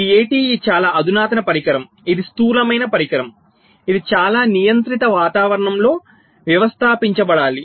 ఈ ATE చాలా అధునాతన పరికరం ఇది స్థూలమైన పరికరం ఇది చాలా నియంత్రిత వాతావరణంలో వ్యవస్థాపించబడాలి